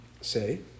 say